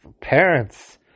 parents